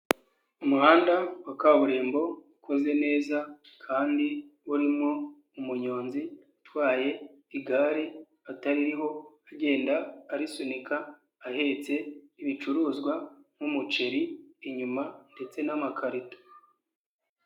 Umuhanda, wa kaburimbo, ukoze neza, kandi, urimo, umunyonzi, utwaye igare, ataririho, agenda arisunika, ahetse, ibicuruzwa, nk'umuceri inyuma, ndetse n'amakarito.